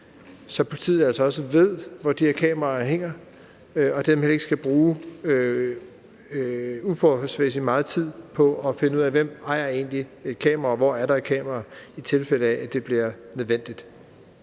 så politiet altså også ved, hvor de her kameraer hænger, og dermed heller ikke skal bruge uforholdsmæssig meget tid på at finde ud af, hvem der egentlig ejer et kamera, og hvor der er et kamera, i tilfælde af, at det bliver nødvendigt.